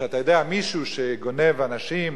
אתה יודע על מישהו שגונב מאנשים,